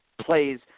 plays –